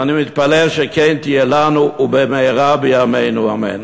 ואני מתפלל שכן תהיה לנו ובמהרה בימינו, אמן.